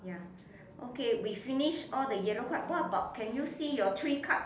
ya okay we finish all the yellow card what about can you see your three card